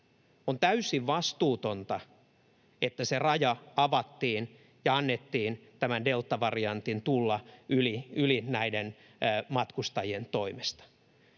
On täysin vastuutonta, että se raja avattiin ja annettiin tämän deltavariantin tulla yli näiden matkustajien toimesta.